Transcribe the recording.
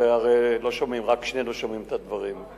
הרי לא שומעים, רק שנינו שומעים את הדברים.